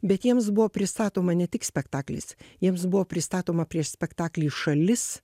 bet jiems buvo pristatoma ne tik spektaklis jiems buvo pristatoma prieš spektaklį šalis